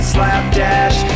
Slapdash